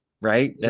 right